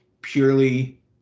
purely